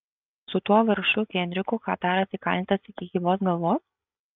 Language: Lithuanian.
su tuo vargšu henriku kataras įkalintas iki gyvos galvos